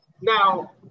now